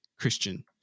Christian